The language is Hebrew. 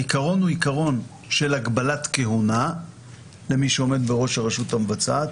העיקרון הוא עיקרון של הגבלת כהונה למי שעומד בראש הרשות המבצעת